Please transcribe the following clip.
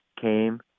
came